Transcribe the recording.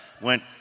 went